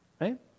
Right